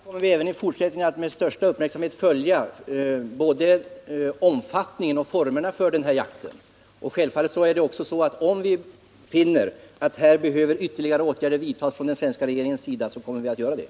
Herr talman! Självfallet kommer vi även i fortsättningen att med största uppmärksamhet följa både omfattningen och formerna för den här jakten. Om vi finner att den svenska regeringen behöver vidta ytterligare åtgärder, kommer vi givetvis också att se till att dessa vidtas.